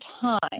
time